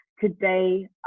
today